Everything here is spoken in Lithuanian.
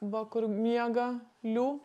va kur miega liu